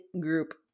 group